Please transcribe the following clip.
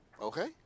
Okay